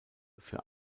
für